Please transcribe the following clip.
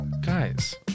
Guys